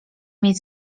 mieć